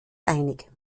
einig